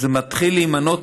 שמתחיל להימנות